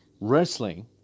Wrestling